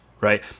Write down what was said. right